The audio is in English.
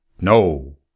No